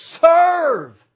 Serve